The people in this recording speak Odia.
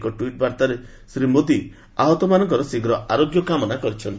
ଏକ ଟ୍ୱିଟ୍ ବାର୍ତ୍ତାରେ ଶ୍ରୀ ମୋଦି ଆହତମାନଙ୍କ ଶୀଘ୍ର ଆରୋଗ୍ୟ କାମନା କରିଛନ୍ତି